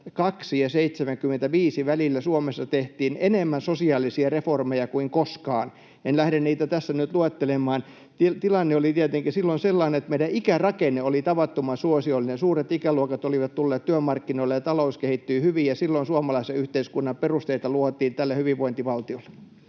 75 välillä Suomessa tehtiin sosiaalisia reformeja enemmän kuin koskaan. En lähde niitä tässä nyt luettelemaan. Tilanne oli tietenkin silloin sellainen, että meidän ikärakenne oli tavattoman suosiollinen. Suuret ikäluokat olivat tulleet työmarkkinoille, ja talous kehittyi hyvin, ja silloin suomalaisen yhteiskunnan perusteita luotiin tälle hyvinvointivaltiolle.